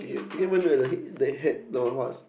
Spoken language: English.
you didn't even look at the head the head the what